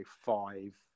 five